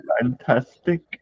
fantastic